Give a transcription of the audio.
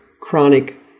chronic